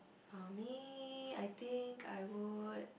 for me I think I would